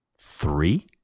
Three